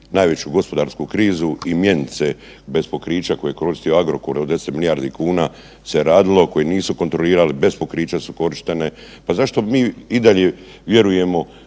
najveću gospodarsku krizu i mjenice bez pokrića koje je koristio Agrokor o 10 milijardi kuna se radilo koje nisu kontrolirali, bez pokrića su korištene. Pa zašto mi i dalje vjerujemo